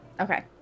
Okay